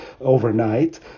overnight